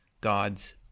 God's